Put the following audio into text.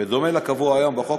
בדומה לקבוע היום בחוק,